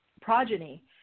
progeny